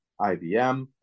IBM